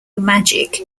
magic